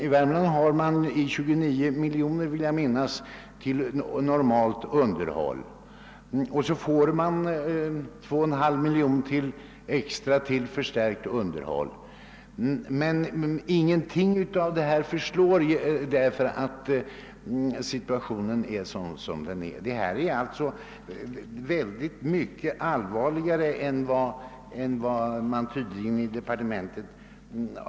I Värmland har man 29 miljoner kronor till normalt vägunderhåll, om jag minns rätt, och därutöver får man 2,5 miljoner kronor till förstärkt vägunderhåll. Men de pengarna förslår inte alls i nu rådande situation. Denna fråga är sålunda mycket allvarligare än man tydligen bedömt den i departementet.